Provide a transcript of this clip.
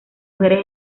mujeres